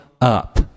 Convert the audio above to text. up